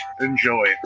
Enjoy